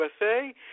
USA